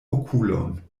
okulon